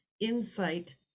insight